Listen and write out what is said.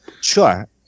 Sure